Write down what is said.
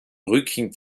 rücken